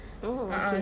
oh okay